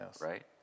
right